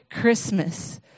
Christmas